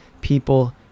people